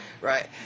Right